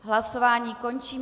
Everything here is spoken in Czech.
Hlasování končím.